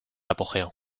apogeo